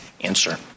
answer